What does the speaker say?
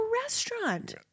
restaurant